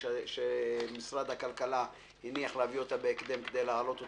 שמשרד הכלכלה הניח בהקדם כדי להעלות אותה,